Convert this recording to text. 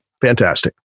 fantastic